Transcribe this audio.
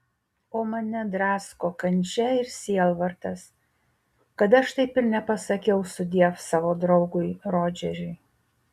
o mane drasko kančia ir sielvartas kad aš taip ir nepasakiau sudiev savo draugui rodžeriui